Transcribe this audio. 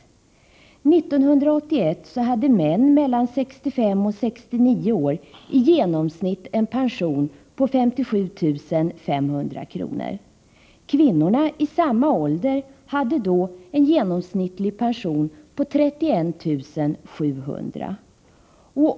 År 1981 hade män mellan 65 och 69 år i genomsnitt en pension på 57 500 kr. Kvinnorna i samma ålder hade då en genomsnittlig pension på 31 700 kr.